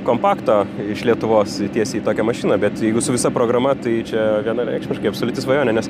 kompakto iš lietuvos srities į tokią mašiną bet jeigu su visa programa tai čia vienareikšmiškai absoliuti svajonė nes